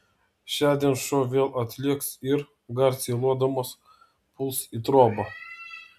šiandien šuo vėl atlėks ir garsiai lodamas puls į trobą